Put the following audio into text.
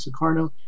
Sukarno